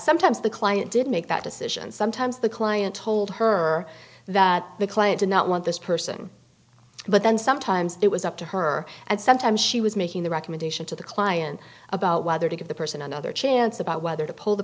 sometimes the client did make that decision sometimes the client told her that the client did not want this person but then sometimes it was up to her and sometimes she was making the recommendation to the client about whether to give the person another chance about whether to pull the